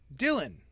Dylan